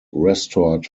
restored